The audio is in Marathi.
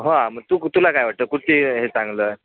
हां मग तू कु तुला काय वाटतं कुठची हे चांगलं आहे